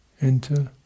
enter